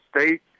state